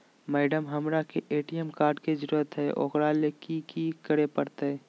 Madam, हमरा के ATM card के जरूरत है ऊकरा ले की की करे परते?